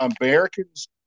Americans